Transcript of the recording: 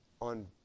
on